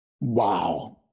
wow